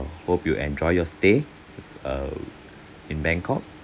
hope you enjoy your stay err in bangkok